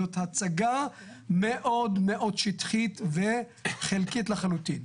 זו הצגה מאוד מאוד שטחית וחלקית לחלוטין.